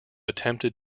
attempted